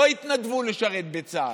לא התנדבו לשרת בצה"ל,